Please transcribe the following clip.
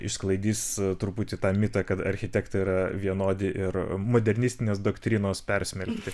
išsklaidys truputį tą mitą kad architektai yra vienodi ir modernistinės doktrinos persmelkti